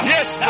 Yes